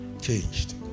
Changed